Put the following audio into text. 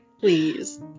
Please